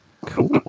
cool